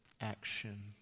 action